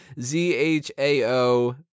Z-H-A-O